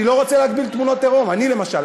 אני לא רוצה להגביל תמונות עירום, אני, למשל.